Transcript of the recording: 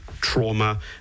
trauma